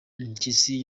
mpyisi